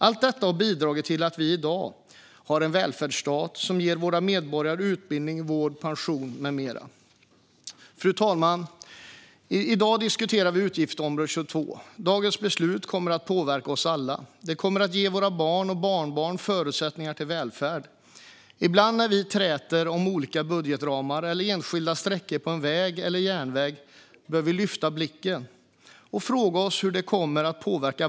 Allt detta har bidragit till att vi i dag har en välfärdsstat som ger våra medborgare utbildning, vård, pension med mera. Fru talman! I dag diskuterar vi utgiftsområde 22. Dagens beslut kommer att påverka oss alla, och det kommer att ge våra barn och barnbarn förutsättningar för välfärd. Ibland när vi träter om olika budgetramar eller enskilda sträckningar på en väg eller järnväg bör vi lyfta blicken och fråga oss hur vår framtid kommer att påverkas.